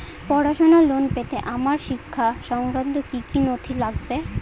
পড়াশুনোর লোন পেতে আমার শিক্ষা সংক্রান্ত কি কি নথি লাগবে?